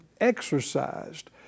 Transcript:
exercised